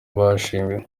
bashimiwe